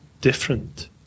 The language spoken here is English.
different